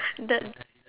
the